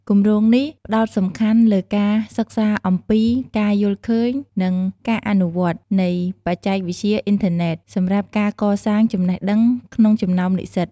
គម្រោងនេះផ្តោតសំខាន់លើការសិក្សាអំពី ការយល់ឃើញ និង ការអនុវត្ត នៃបច្ចេកវិទ្យាអ៊ីនធឺណេត សម្រាប់ការកសាងចំណេះដឹងក្នុងចំណោមនិស្សិត។